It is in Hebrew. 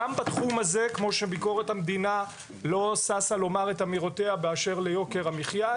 כמו שביקורת המדינה לא ששה לומר את אמירותיה באשר ליוקר המחיה,